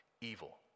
evil